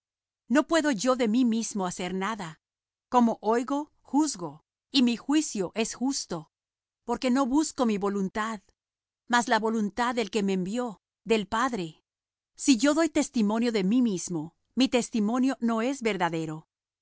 no puedo yo de mí mismo hacer nada como oigo juzgo y mi juicio es justo porque no busco mi voluntad mas la voluntad del que me envió del padre si yo doy testimonio de mí mismo mi testimonio no es verdadero